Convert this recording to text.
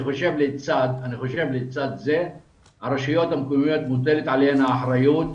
שלצד זה על הרשויות המקומיות מוטלת האחריות.